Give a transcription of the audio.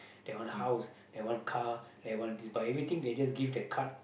they want house they want car they want but everything they just give the card